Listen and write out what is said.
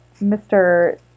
Mr